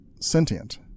sentient